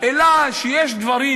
אלא יש דברים,